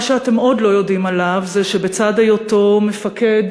מה שאתם עוד לא יודעים עליו זה שבצד היותו מפקד,